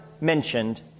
mentioned